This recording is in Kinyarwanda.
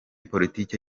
politike